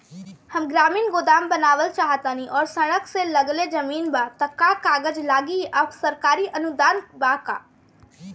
हम ग्रामीण गोदाम बनावल चाहतानी और सड़क से लगले जमीन बा त का कागज लागी आ सरकारी अनुदान बा का?